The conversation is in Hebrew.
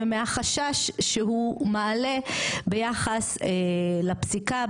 ומהחשש שהוא מעלה ביחס לפסיקה,